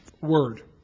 word